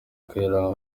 kayiranga